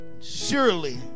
Surely